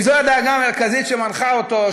אם זאת הדאגה המרכזית שמנחה אותו,